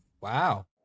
wow